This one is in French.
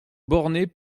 bornées